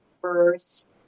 first